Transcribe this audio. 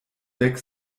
dek